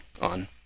on